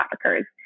traffickers